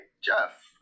Jeff